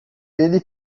ele